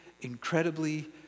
incredibly